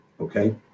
Okay